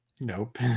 Nope